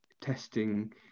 testing